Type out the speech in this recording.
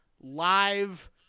live